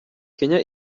kenya